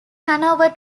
hanover